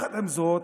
עם זאת,